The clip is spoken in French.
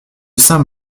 saint